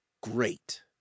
great